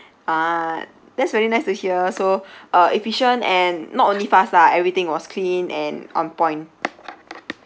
ah that's very nice to hear so uh efficient and not only fast lah everything was clean and on point